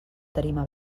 tarima